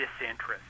disinterest